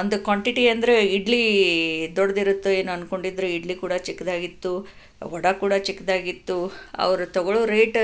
ಒಂದು ಕ್ವಾಂಟಿಟಿ ಅಂದರೆ ಇಡ್ಲಿ ದೊಡ್ಡದಿರುತ್ತೋ ಏನೋ ಅಂದ್ಕೊಂಡಿದ್ರೆ ಇಡ್ಲಿ ಕೂಡ ಚಿಕ್ಕದಾಗಿತ್ತು ವಡೆ ಕೂಡ ಚಿಕ್ಕದಾಗಿತ್ತು ಅವರು ತೊಗೊಳ್ಳೋ ರೇಟ್